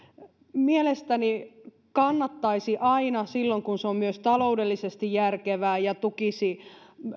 mielestäni kannattaisi aina silloin kun se on myös taloudellisesti järkevää ja tukisi